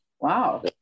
Wow